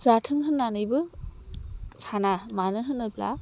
जाथों होननानैबो साना मानोहोनोब्ला